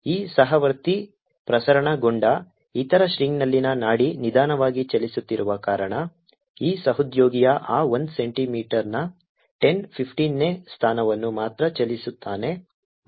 ಈ ಸಹವರ್ತಿ ಪ್ರಸರಣಗೊಂಡ ಇತರ ಸ್ಟ್ರಿಂಗ್ನಲ್ಲಿನ ನಾಡಿ ನಿಧಾನವಾಗಿ ಚಲಿಸುತ್ತಿರುವ ಕಾರಣ ಈ ಸಹೋದ್ಯೋಗಿಯು ಆ 1 ಸೆಂಟಿಮೀಟರ್ನ 10 15 ನೇ ಸ್ಥಾನವನ್ನು ಮಾತ್ರ ಚಲಿಸುತ್ತಾನೆ ಮತ್ತು ಅಂದರೆ 0